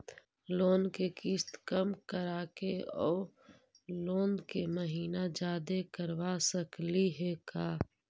Loan के किस्त कम कराके औ लोन के महिना जादे करबा सकली हे का?